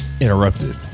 interrupted